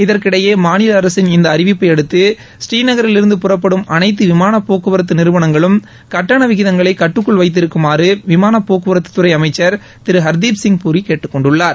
இதற்கிடையே மாநில அரசின் இந்த அறிவிப்பையடுத்து பூரீ நகரிலிருந்து புறப்படும் அனைத்து விமான போக்குவரத்து நிறுவனங்களும் கட்டண விகிதங்களை கட்டுக்குள் போக்குவரத்துத்துறை அமைச்சர் திரு ஹர்தீப் சிங் பூரி கேட்டுக்கொண்டுள்ளார்